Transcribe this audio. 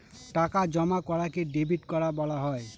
টাকা জমা করাকে ডেবিট করা বলা হয়